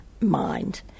mind